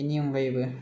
बेनि अनगायैबो